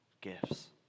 gifts